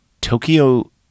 Tokyo